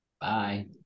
Bye